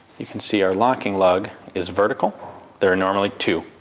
you can see our locking lug is vertical there are normally two,